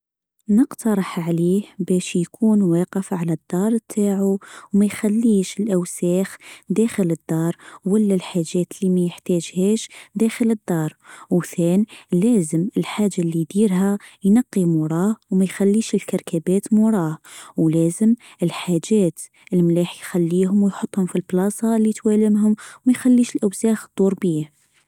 نقترح عليه باش يكون واقف على الدار تاعه وما يخليش الاوساخ داخل الدار ولا الحاجات اللي ما يحتاجهاش داخل الدار. وثان لازم الحاجه اللي يديرها ينقي موراه وما يخليش موراه ولازم الحاجات اليملاح يخليهم ويحطهم في البلاصه ومايخليش الأوساخ دور بيه.